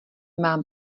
mám